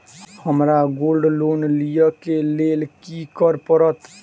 हमरा gold loan लिय केँ लेल की करऽ पड़त?